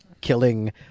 killing